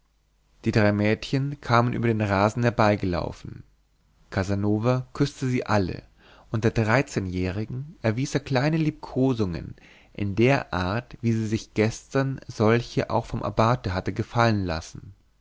die drei mädchen kamen über den rasen herbeigelaufen casanova küßte sie alle und der dreizehnjährigen erwies er kleine liebkosungen in der art wie sie sich gestern solche auch vom abbate hatte gefallen lassen